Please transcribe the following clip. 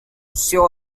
sure